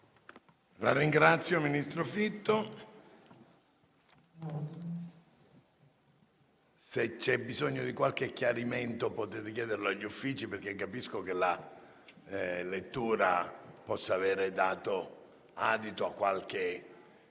finestra"). Colleghi, se c'è bisogno di qualche chiarimento potete richiederlo agli Uffici, perché capisco che la lettura possa avere dato adito a qualche